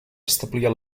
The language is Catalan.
establia